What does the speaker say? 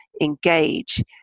engage